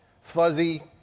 fuzzy